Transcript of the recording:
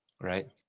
Right